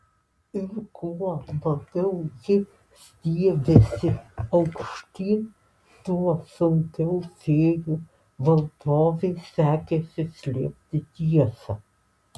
ir kuo labiau ji stiebėsi aukštyn tuo sunkiau fėjų valdovei sekėsi slėpti tiesą